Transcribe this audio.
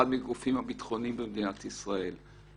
אחד הגופים הביטחוניים במדינת ישראל.